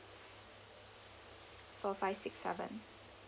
four five six seven